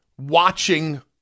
watching